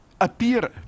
appear